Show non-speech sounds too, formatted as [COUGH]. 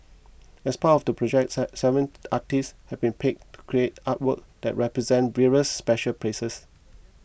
as part of the project [UNINTELLIGIBLE] seven artists have been picked to create artworks that represent various special places